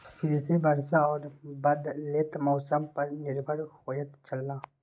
कृषि वर्षा और बदलेत मौसम पर निर्भर होयत छला